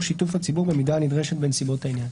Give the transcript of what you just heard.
שיתוף הציבור במידה הנדרשת בנסיבות העניין,